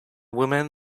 woman